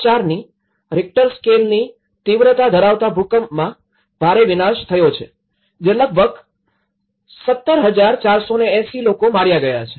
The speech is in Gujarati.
૪ રિક્ટર સ્કેલની તીવ્રતા ધરાવતા ભૂકંપમાં ભારે વિનાશ થયો છે જેમાં લગભગ ૧૭ ૪૮૦ લોકો માર્યા ગયા છે